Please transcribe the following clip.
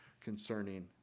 concerning